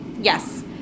Yes